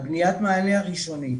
בניית המענה הראשונית